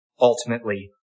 ultimately